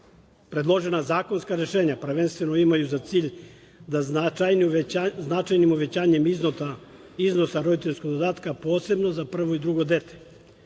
potrebe. Predložena zakonska rešenja prvenstveno imaju za cilj da značajnim uvećanjem iznosa roditeljskog dodatka, posebno za prvo i drugo dete,